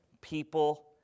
people